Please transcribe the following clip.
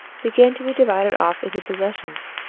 began to be divided off into possessions.